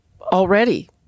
already